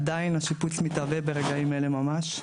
עדיין השיפוץ מתהווה ברגעים אלה ממש.